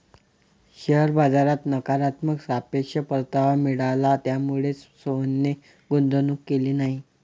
share बाजारात नकारात्मक सापेक्ष परतावा मिळाला, त्यामुळेच सोहनने गुंतवणूक केली नाही